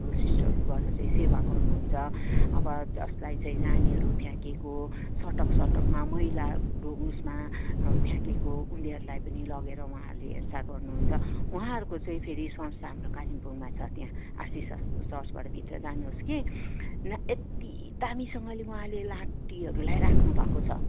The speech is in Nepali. सिस्टरहरू गएर चाहिँ सेवा गर्नु हुन्छ अब जसलाई चाहिँ नानीहरू फ्याँकेको सडक सडकमा मैलाहरू उयोमा फ्याँकेको उनीहरूलाई पनि लगेर उहाँहरूले हेरचाह गर्नु हुन्छ उहाँहरूको चाहिँ फेरि संस्था हाम्रो कालेम्पोङमा छ त्यहाँ आरसी चर्चबाट भित्र जानु होस् कि न यति दामीसँगले उहाँले लाटीहरूलाई राख्नु भएको छ